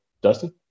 Dustin